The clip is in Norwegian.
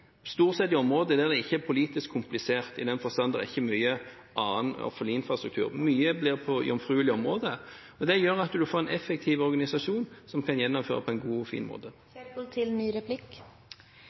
stort sett i områder der det ikke er politisk komplisert, i den forstand at det ikke er mye annen offentlig infrastruktur. Mye blir på jomfruelige områder, men det gjør at man får en effektiv organisasjon som kan gjennomføre på en god og fin